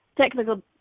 technical